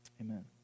amen